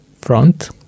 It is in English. front